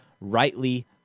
rightly